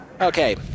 Okay